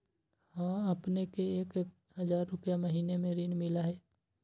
हां अपने के एक हजार रु महीने में ऋण मिलहई?